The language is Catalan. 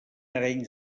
arenys